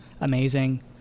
amazing